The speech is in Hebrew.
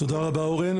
תודה רבה, אורן.